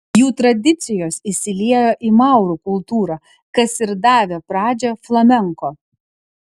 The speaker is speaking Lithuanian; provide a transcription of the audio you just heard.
jų tradicijos įsiliejo į maurų kultūrą kas ir davė pradžią flamenko